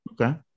Okay